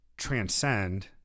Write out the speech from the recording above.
transcend